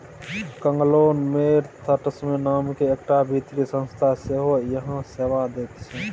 conglomerates नामकेँ एकटा वित्तीय संस्था सेहो इएह सेवा दैत छै